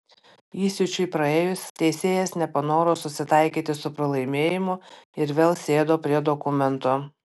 įsiūčiui praėjus teisėjas nepanoro susitaikyti su pralaimėjimu ir vėl sėdo prie dokumento